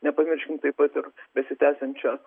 nepamirškim taip pat ir besitęsiančio